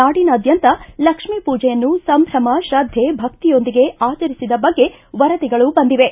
ನಾಡಿನಾದ್ಯಂತ ಲಕ್ಶ್ಮೀ ಪೂಜೆಯನ್ನು ಸಂಭ್ರಮ ಶ್ರದ್ಧೆ ಭಕ್ತಿಯೊಂದಿಗೆ ಆಚರಿಸಿದ ಬಗ್ಗೆ ವರದಿಗಳು ಬಂದಿವೆ